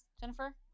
Jennifer